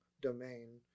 domain